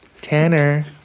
Tanner